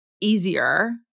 easier